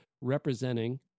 representing